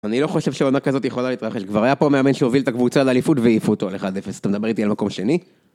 אני לא חושב שעונה כזאת יכולה להתרחש, כבר היה פה מאמן שהוביל את הקבוצה על אליפות והעיפו אותו, 1-0, אתה מדבר איתי על מקום שני?